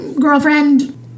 girlfriend